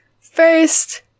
First